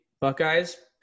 Buckeyes